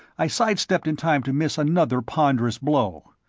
i side-stepped in time to miss another ponderous blow.